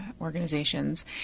organizations